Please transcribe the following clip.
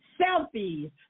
selfies